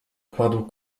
kładł